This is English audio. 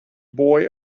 boy